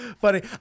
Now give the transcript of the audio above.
funny